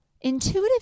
intuitive